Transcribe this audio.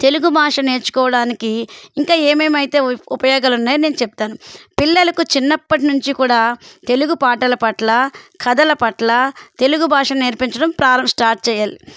తెలుగు భాష నేర్చుకోవడానికి ఇంకా ఏమేమైతే ఉపయోగాలు ఉన్నాయి నేను చెప్తాను పిల్లలకు చిన్నప్పటి నుంచి కూడా తెలుగు పాటల పట్ల కథల పట్ల తెలుగు భాష నేర్పించడం ప్రారం స్టార్ట్ చేయాలి